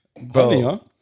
Bro